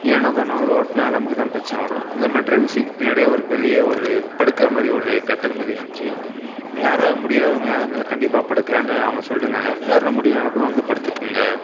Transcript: ஏனோ தானோ அவர் ஓட்டினா நமக்கு தான் ப்ரச்சனை வரும் அதே மாரி ட்ரைவர் சீட் பின்னாடியே ஒரு பெரிய ஒரு படுக்கிற மாதிரி ஒரு கட்டில் மாதிரி இருந்துச்சு யாராவது முடியாதவங்க யாராக இருந்தாலும் கண்டிப்பாக படுக்கலாம்னு அவங்க சொல்லியிருந்தாங்க யாருனா முடியலனா கூட வந்து படுத்துக்கோங்க